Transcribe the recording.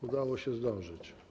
Udało się zdążyć.